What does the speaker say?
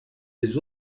des